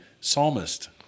psalmist